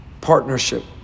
partnership